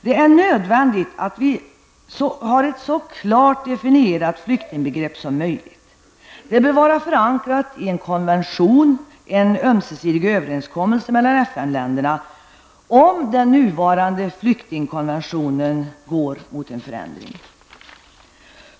Det är nödvändigt att vi har ett så klart definierat flyktingbegrepp som möjligt. Det bör vara förankrat i en konvention, en ömsesidig överenskommelse mellan FN-länderna, om den nya flyktingkonventionen går mot en förändring.